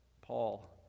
Paul